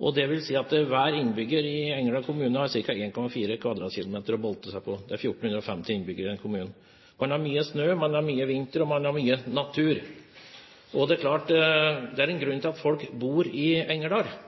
og det vil si at hver innbygger i Engerdal kommune har ca. 1,4 km2 å boltre seg på – det er 1 450 innbyggere i kommunen. Man har mye snø, man har mye vinter, og man har mye natur. Det er klart at det er en grunn til at folk bor i